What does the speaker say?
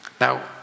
Now